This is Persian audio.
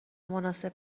مناسب